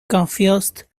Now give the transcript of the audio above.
confused